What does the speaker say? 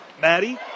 Maddie